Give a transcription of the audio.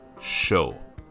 show